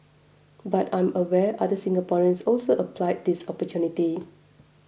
but I am aware other Singaporeans also applied this opportunity